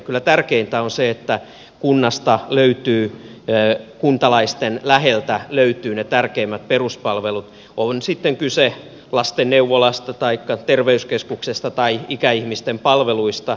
kyllä tärkeintä on se että kunnasta löytyy kuntalaisten läheltä ne tärkeimmät peruspalvelut on sitten kyse lastenneuvolasta taikka terveyskeskuksesta tai ikäihmisten palveluista